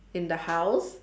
in the house